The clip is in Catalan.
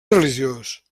religiós